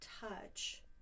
touch